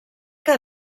que